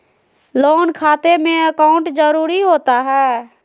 Loan खाते में account जरूरी होता है?